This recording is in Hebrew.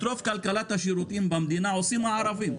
את רוב כלכלת השירותים במדינה עושים הערבים,